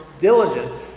diligent